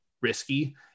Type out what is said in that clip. risky